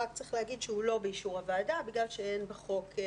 צריך להגיד שהוא לא באישור הוועדה בגלל שאין בחוק.